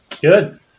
Good